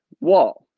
Wall